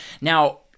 Now